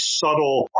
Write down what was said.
subtle